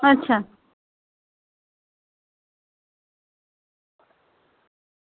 अच्छा